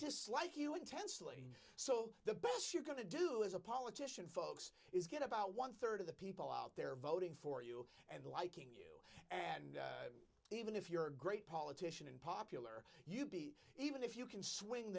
dislike you intensely so the best you're going to do as a politician folks is get about one rd of the people out there voting for you and liking you and even if you're a great politician and popular you'd be even if you can swing